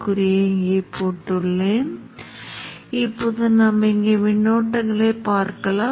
5 milli விநாடிக்குப் பிறகு கிட்டத்தட்ட அது நிலையான புள்ளியை அடைய முயற்சிப்பதை நீங்கள் பார்க்கலாம்